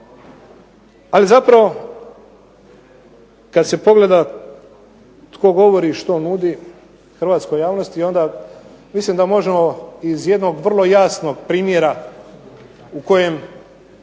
Ali zapravo kad se pogleda tko govori, što nudi hrvatskoj javnosti onda mislim da možemo iz jednog vrlo jasnog primjera u kojem